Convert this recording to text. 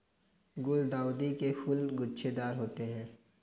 गुलदाउदी के फूल गुच्छेदार होते हैं